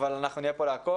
אבל אנחנו נהיה פה לעקוב.